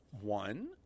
One